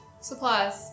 supplies